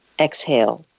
Exhale